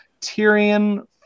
Tyrion